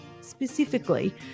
specifically